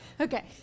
Okay